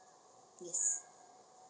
yes